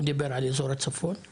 הוא דיבר על אזור הצפון,